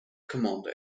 commander